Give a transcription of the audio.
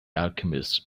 alchemist